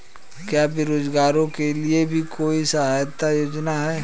क्या बेरोजगारों के लिए भी कोई सहायता योजना है?